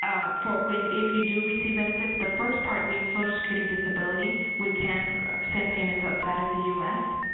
for when, if you do receive benefits, the first part being social security disability, we can send payment outside of the u s.